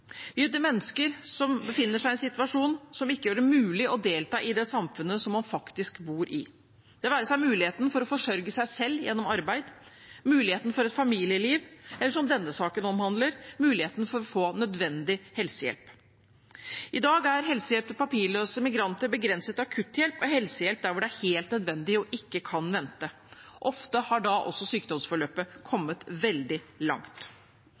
mennesker som befinner seg i en situasjon som ikke gjør det mulig å delta i det samfunnet som man faktisk bor i – det være seg muligheten til å forsørge seg selv gjennom arbeid, muligheten til et familieliv, eller, som denne saken omhandler, muligheten til å få nødvendig helsehjelp. I dag er helsehjelp til papirløse migranter begrenset til akutthjelp og helsehjelp der det er helt nødvendig og ikke kan vente. Ofte har da også sykdomsforløpet kommet veldig langt.